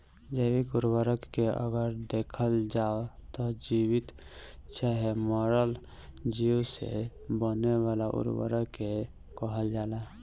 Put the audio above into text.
जैविक उर्वरक के अगर देखल जाव त जीवित चाहे मरल चीज से बने वाला उर्वरक के कहल जाला